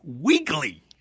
weekly